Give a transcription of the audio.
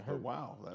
Wow